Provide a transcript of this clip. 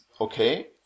okay